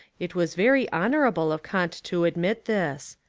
it was very honourable of kant to ad mit this.